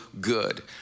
good